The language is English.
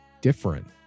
different